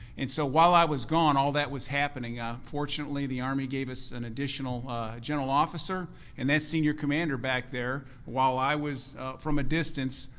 and so while i was gone, all that was happening. ah fortunately, the army gave us an additional general officer and that senior commander, back there, while i was from a distance,